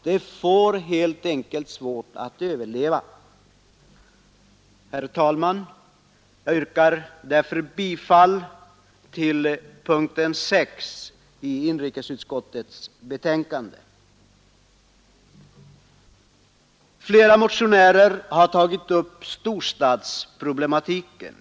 De får helt enkelt svårt att överleva. Herr talman! Jag yrkar därför bifall till utskottets hemställan under punkten 6 i inrikesutskottets betänkande. Flera motionärer har tagit upp storstadsproblematiken.